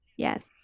Yes